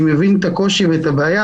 אני מבין את הקושי ואת הבעיה,